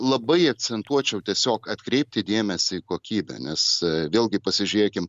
labai akcentuočiau tiesiog atkreipti dėmesį į kokybę nes vėlgi pasižėkim